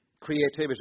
creativity